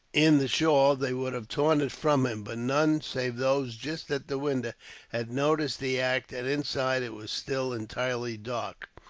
in the shawl, they would have torn it from him but none save those just at the window had noticed the act, and inside it was still entirely dark.